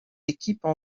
équipes